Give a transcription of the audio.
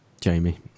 Jamie